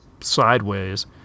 sideways